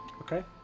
Okay